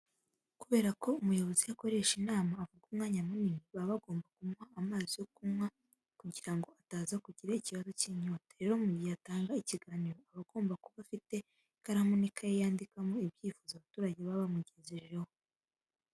Kubera ko umuyobozi iyo akoresha inama avuga umwanya munini, baba bagomba kumuha amazi yo kunywa kugira ngo ataza kugira ikibazo cy'inyota. Rero mu gihe atanga ikiganiro aba agomba kuba afite ikaramu n'ikayi yandikamo ibyifuzo abaturage baba bamugejejeho.